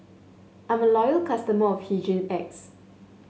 I'm a loyal customer of Hygin X